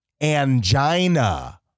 angina